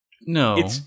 no